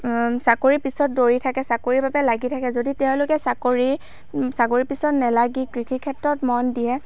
চাকৰিৰ পিছত দৌৰি থাকে চাকৰিৰ বাবে লাগি থাকে যদি তেওঁলোকে চাকৰি চাকৰি পিছত নেলাগি কৃষি ক্ষেত্ৰত মন দিয়ে